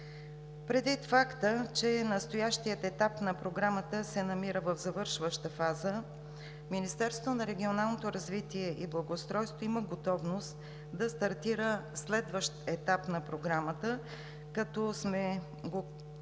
Предвид факта че настоящият етап на Програмата се намира в завършваща фаза, Министерството на регионалното развитие и благоустройството има готовност да стартира следващ етап на Програмата, като сме го